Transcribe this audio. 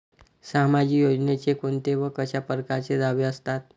सामाजिक योजनेचे कोंते व कशा परकारचे दावे असतात?